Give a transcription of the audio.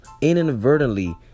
inadvertently